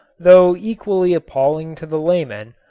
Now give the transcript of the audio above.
though equally appalling to the layman,